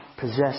possess